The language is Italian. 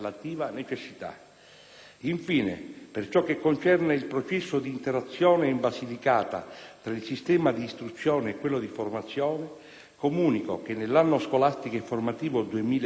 Infine, per ciò che concerne il «processo di interazione» in Basilicata tra il sistema di istruzione e quello della formazione, comunico che nell'anno scolastico e formativo 2007-2008